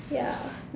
ya